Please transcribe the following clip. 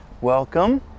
welcome